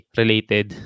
related